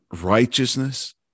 righteousness